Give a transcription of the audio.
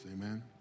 Amen